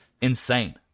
insane